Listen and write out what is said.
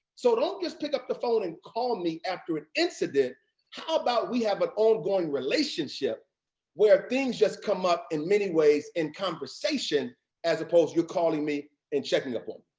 so don't just pick up the phone and call me after an incident. how about we have an ongoing relationship where things just come up in many ways in conversation as opposed you calling me and checking up on